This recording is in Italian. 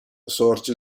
sorge